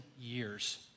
years